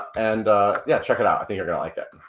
and yeah, check it out, i think you're gonna like it.